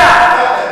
זקוקה להם.